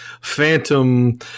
phantom